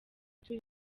turi